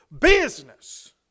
business